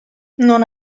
non